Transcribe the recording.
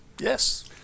Yes